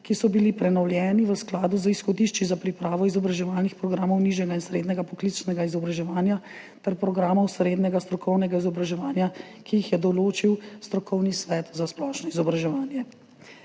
ki so bili prenovljeni v skladu z izhodišči za pripravo izobraževalnih programov nižjega in srednjega poklicnega izobraževanja ter programov srednjega strokovnega izobraževanja, ki jih je določil strokovni svet za splošno izobraževanje.